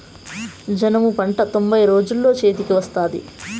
జనుము పంట తొంభై రోజుల్లో చేతికి వత్తాది